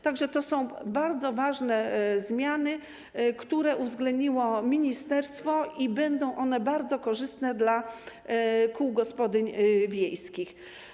Także to są bardzo ważne zmiany, które uwzględniło ministerstwo, i będą one bardzo korzystne dla kół gospodyń wiejskich.